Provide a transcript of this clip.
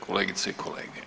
Kolegice i kolege.